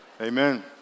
Amen